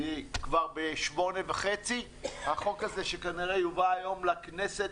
כבר בשמונה וחצי החוק הזה שכנראה יובא היום לכנסת,